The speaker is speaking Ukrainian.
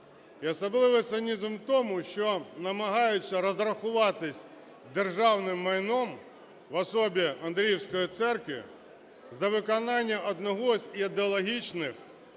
особливий цинізм з в тому, що намагаються розрахуватись державним майном в особі Андріївської церкви за виконання одного з ідеологічних